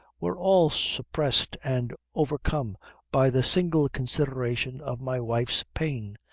were all suppressed and overcome by the single consideration of my wife's pain,